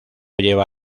lleva